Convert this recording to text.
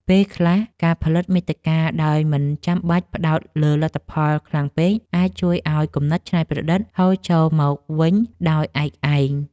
ពេលខ្លះ ការផលិតមាតិកាដោយមិនចាំបាច់ផ្ដោតលើលទ្ធផលខ្លាំងពេក អាចជួយឱ្យគំនិតច្នៃប្រឌិតហូរចូលមកវិញដោយឯកឯង។